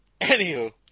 Anywho